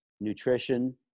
nutrition